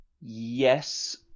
Yes